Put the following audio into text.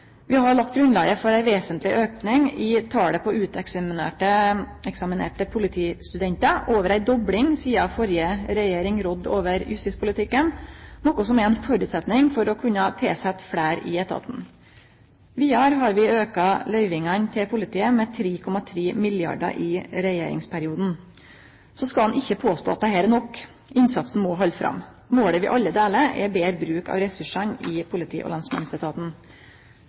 Vi har lagt grunnlaget for ein vesentleg auke i talet på uteksaminerte politistudentar – over ei dobling sidan førre regjering rådde over justispolitikken, noko som er ein føresetnad for å kunne tilsetje fleire i etaten. Vidare har vi auka løyvingane til politiet med 3,3 mrd. kr i regjeringsperioden. Så skal ein ikkje påstå at dette er nok. Innsatsen må halde fram. Målet vi alle deler, er betre bruk av ressursane i politi- og lensmannsetaten.